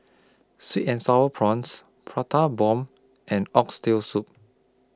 Sweet and Sour Prawns Prata Bomb and Oxtail Soup